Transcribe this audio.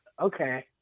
Okay